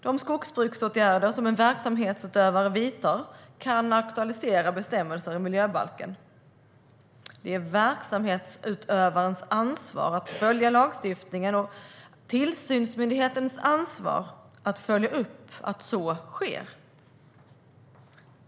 De skogsbruksåtgärder som en verksamhetsutövare vidtar kan aktualisera bestämmelser i miljöbalken. Det är verksamhetsutövarens ansvar att följa lagstiftningen och tillsynsmyndigheternas ansvar att följa upp att så sker.